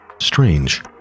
strange